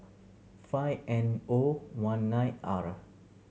five N O one nine R